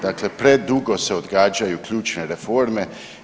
Dakle, predugo se odgađaju ključne reforme.